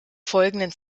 folgenden